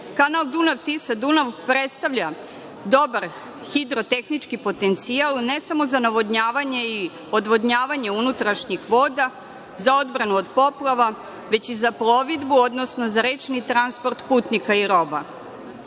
Dunav-Tisa-Dunav predstavlja dobar hidorotehnički potencijal ne samo za navodnjavanje i odvodnjavanje unutrašnjih voda za odbranu od poplava, već i za plovidbu, odnosno za rečni transport putnika i roba.U